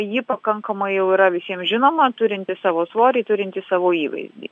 ji pakankamai jau yra visiems žinoma turinti savo svorį turinti savo įvaizdį